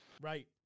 Right